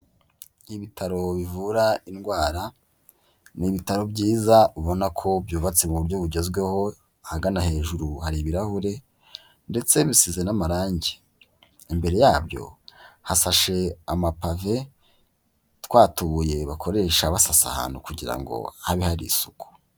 Ibitaro bivura indwara, ni ibitaro byiza ubona ko byubatse mu buryo bugezweho, ahagana hejuru hari ibirahure ndetse bisize n'amarangi. Imbere yabyo hasashe amapave, twatubuye bakoresha basasa ahantu kugira ngo habe hari isuku.